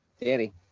Danny